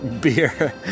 beer